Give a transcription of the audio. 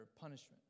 punishment